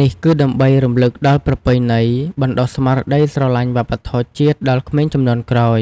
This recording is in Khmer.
នេះគឺដើម្បីរំលឹកដល់ប្រពៃណី បណ្តុះស្មារតីស្រឡាញ់វប្បធម៌ជាតិដល់ក្មេងជំនាន់ក្រោយ